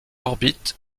orbite